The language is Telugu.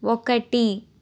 ఒకటి